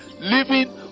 living